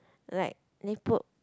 like they put